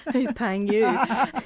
who's paying yeah